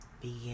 begin